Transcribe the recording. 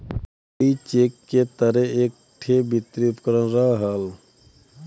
हुण्डी cheque के तरे एक ठे वित्तीय उपकरण रहल